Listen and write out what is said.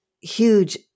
huge